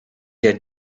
had